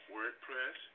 WordPress